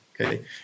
okay